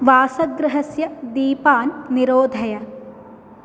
वासगृहस्य दीपान् निरोधय